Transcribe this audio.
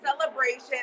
celebration